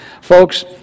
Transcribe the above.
folks